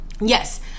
yes